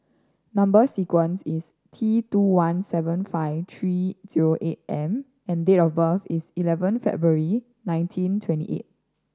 number sequence is T two one seven five three zero eight M and date of birth is eleven February nineteen twenty eight